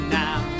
now